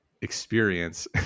experience